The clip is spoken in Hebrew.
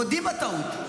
מודים בטעות.